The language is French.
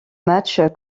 match